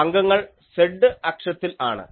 അംഗങ്ങൾ z അക്ഷത്തിൽ ആണ്